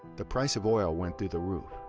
the price of oil went through the roof.